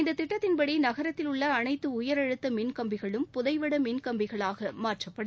இந்தத் திட்டத்தின் படி நகரத்தில் உள்ள அனைத்து உயரழுத்த மின் கம்பிகளும் புதைவட மின் கம்பிகளாக மாற்றப்படும்